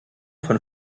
von